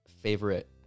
favorite